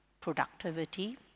productivity